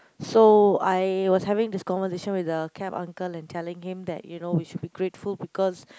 so I was having this conversation with the cab uncle and telling him that you know we should be grateful because